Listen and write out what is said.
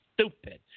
stupid